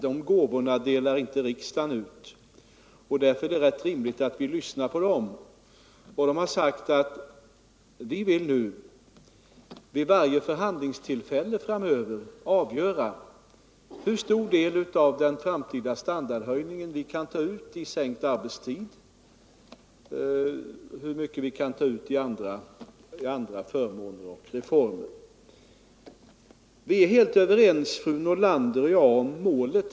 De gåvorna delar inte riksdagen ut. Därför är det rimligt att vi lyssnar till dem. De har 181 sagt att de vid varje förhandlingstillfälle nu vill avgöra hur stor del av den framtida standardhöjningen de vill ta ut i sänkt arbetstid och hur mycket de kan ta ut i form av andra förmåner och reformer. Fru Nordlander och jag är helt överens om målet i detta avseende.